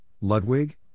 Ludwig